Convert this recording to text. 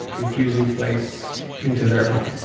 confusing place into their home